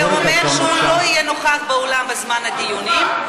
אומר שהוא לא יהיה נוכח באולם בזמן הדיונים,